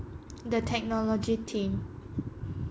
the technology team